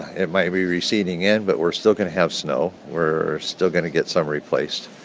it might be receding in, but we're still going to have snow. we're still going to get some replaced.